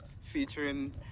featuring